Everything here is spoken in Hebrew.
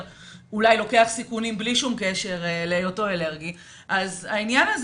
לוקח סיכונים אולי בלי שום קשר להיותו אלרגי אז העניין הזה